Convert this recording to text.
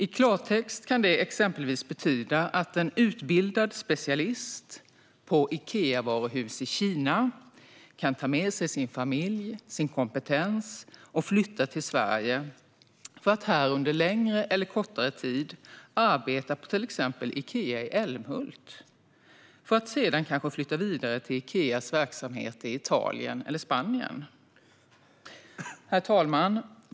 I klartext kan det exempelvis betyda att en utbildad specialist på ett Ikeavaruhus i Kina kan ta med sig sin familj och sin kompetens och flytta till Sverige för att här under längre eller kortare tid arbeta på till exempel Ikea i Älmhult för att sedan kanske flytta vidare till Ikeas verksamheter i Italien eller Spanien. Herr talman!